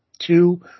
Two